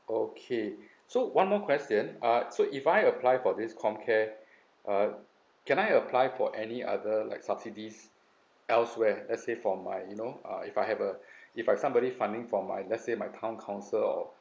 okay so one more question uh so if I apply for this comcare uh can I apply for any other like subsidies elsewhere let's sat for my you know uh if I have uh if I've somebody funding for my let's say my town council or